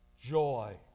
joy